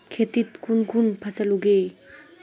खेतीत कुन कुन फसल उगेई?